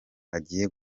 hagiye